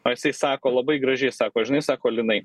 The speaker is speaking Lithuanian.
o jisai sako labai gražiai sako žinai sako linai